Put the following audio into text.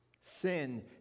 sin